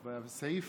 בסעיף